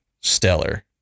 stellar